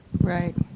right